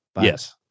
Yes